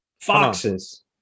Foxes